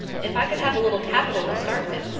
if i could have a little capital to start with,